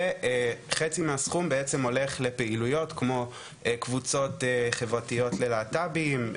וחצי מהסכום בעצם הולך לפעילויות כמו קבוצות חברתיות ללהט"בים,